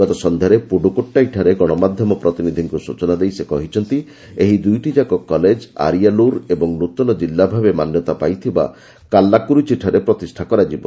ଗତ ସନ୍ଧ୍ୟାରେ ପୁଡ଼ୁକୋଟାଇଠାରେ ଗଣମାଧ୍ୟମ ପ୍ରତିନିଧିଙ୍କୁ ସୂଚନା ଦେଇ ସେ କହିଛନ୍ତି ଏହି ଦୁଇଟିଯାକ କଲେଜ ଆରିଆଲୁର ଏବଂ ନୃତନ ଜିଲ୍ଲାଭାବେ ମାନ୍ୟତା ପାଇଥିବା କାଲ୍ଲାକୁରିଚିଠାରେ ପ୍ରତିଷ୍ଠା କରାଯିବ